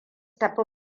tafi